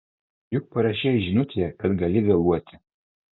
juk parašei žinutėje kad gali vėluoti